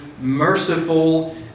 merciful